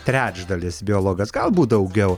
trečdalis biologas galbūt daugiau